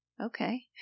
Okay